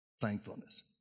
thankfulness